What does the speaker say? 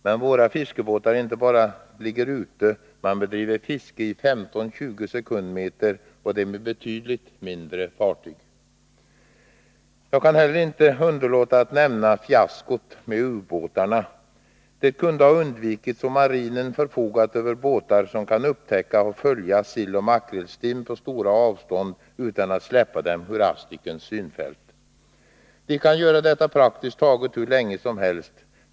Med våra fiskebåtar ligger man inte bara ute — man bedriver fiske i 15-20 sekundmeter, och det med betydligt mindre fartyg. Jag kan inte heller underlåta att nämna fiaskot med ubåtarna. Det kunde ha undvikits om marinen förfogat över båtar som kan upptäcka och följa silloch makrillstim på stora avstånd utan att släppa dem ur asdicens synfält. De kan göra detta praktiskt taget hur länge som helst.